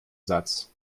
satz